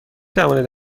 توانید